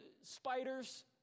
spiders